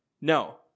No